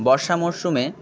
বর্ষা মরশুমে